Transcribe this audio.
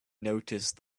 noticed